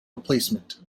replacement